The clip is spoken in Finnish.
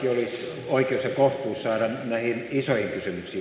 mikä on opposition valmius leikkauksiin